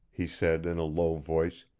he said in a low voice,